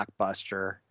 Blockbuster